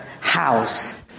house